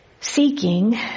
seeking